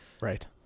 Right